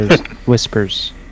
whispers